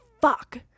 fuck